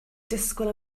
disgwyl